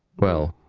well,